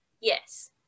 Yes